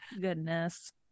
Goodness